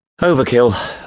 Overkill